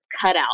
cutout